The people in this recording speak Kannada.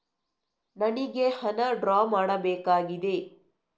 ನನಿಗೆ ಹಣ ಡ್ರಾ ಮಾಡ್ಬೇಕಾಗಿದೆ